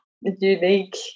unique